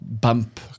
bump